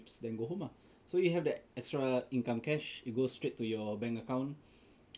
then go home lah so you have that extra income cash it go straight to your bank account